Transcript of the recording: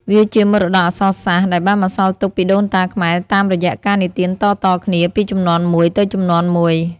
វាជាមរតកអក្សរសាស្ត្រដែលបានបន្សល់ទុកពីដូនតាខ្មែរតាមរយៈការនិទានតៗគ្នាពីជំនាន់មួយទៅជំនាន់មួយ។